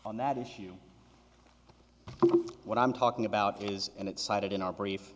on that issue what i'm talking about is and it's cited in our brief